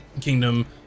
kingdom